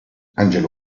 angelo